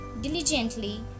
diligently